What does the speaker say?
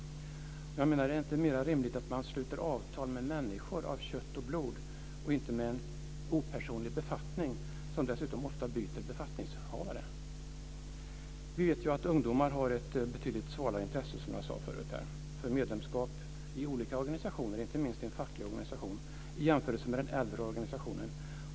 Jag menar att det inte är mer än rimligt att man sluter avtal med människor av kött och blod, inte med en opersonlig befattning, som dessutom ofta byter befattningshavare. Vi vet att ungdomar, som jag tidigare sade, har ett betydligt svalare intresse för medlemskap i olika organisationer, inte minst en facklig organisation, i jämförelse med den äldre generationen.